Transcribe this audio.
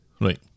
right